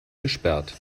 gesperrt